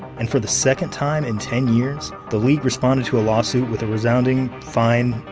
and for the second time in ten years, the league responded to a lawsuit with a resounding, fine,